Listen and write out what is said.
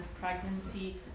pregnancy